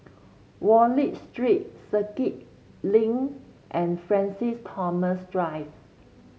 Wallich Street Circuit Link and Francis Thomas Drive